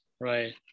Right